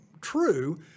true